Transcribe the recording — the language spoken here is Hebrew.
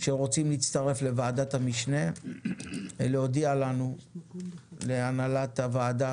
שרוצים להצטרף לוועדת המשנה להודיע להנהלת הוועדה